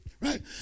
right